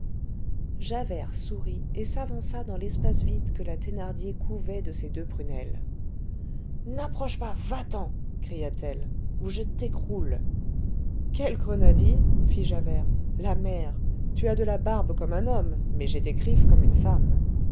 javert sourit et s'avança dans l'espace vide que la thénardier couvait de ses deux prunelles n'approche pas va-t'en cria-t-elle ou je t'écroule quel grenadier fit javert la mère tu as de la barbe comme un homme mais j'ai des griffes comme une femme